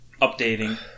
updating